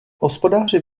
hospodáři